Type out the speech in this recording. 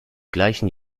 gleichen